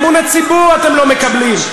את אמון הציבור אתם לא מקבלים.